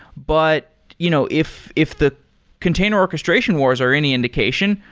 but you know if if the container orchestration wars are any indication,